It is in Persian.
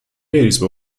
بریز